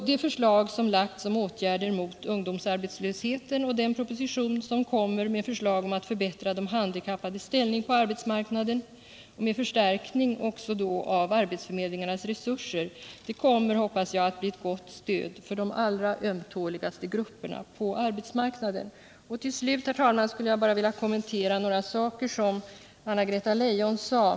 Det förslag som framlagts om åtgärder mot ungdomsarbetslösheten och den proposition som kommer med förslag om att förbättra de handikappades ställning på arbetsmarknaden, med förstärkning av arbetsförmedlingarnas resurser, kommer, hoppas jag, att bli ett gott stöd för de allra ömtåligaste grupperna på arbetsmarknaden. Till sist, herr talman, skulle jag bara vilja kommentera några saker som Anna-Greta Leijon sade.